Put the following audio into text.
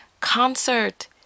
concert